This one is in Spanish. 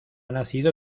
nacido